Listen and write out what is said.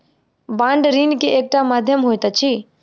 bond ऋण के एकटा माध्यम होइत अछि